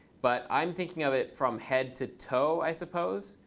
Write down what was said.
but i'm thinking of it from head to toe, i suppose.